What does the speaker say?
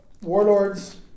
Warlords